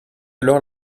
alors